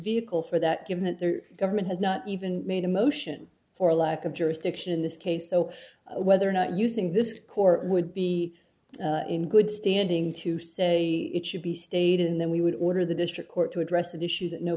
vehicle for that given that their government has not even made a motion for lack of jurisdiction in this case so whether or not you think this court would be in good standing to say it should be stayed in then we would order the district court to address an issue that no